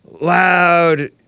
Loud